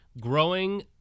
Growing